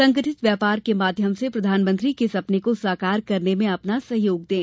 संगठित व्यापार के माध्यम से प्रधानमंत्री के सपने को साकार करने में अपना सहयोग दें